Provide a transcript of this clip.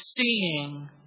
seeing